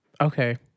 Okay